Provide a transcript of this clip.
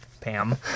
Pam